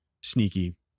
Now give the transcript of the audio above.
sneaky